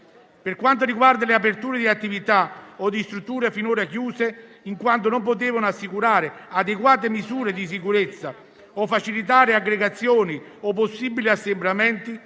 Per quanto riguarda le aperture di attività o di strutture finora chiuse, in quanto non potevano assicurare adeguate misure di sicurezza o potevano facilitare aggregazioni o possibili assembramenti,